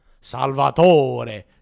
Salvatore